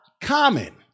common